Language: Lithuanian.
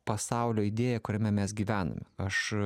pasaulio idėją kuriame mes gyvename aš